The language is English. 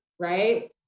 right